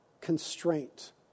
constraint